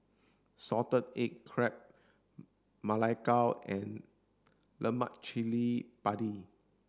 salted egg crab ma lai gao and lemak cili padi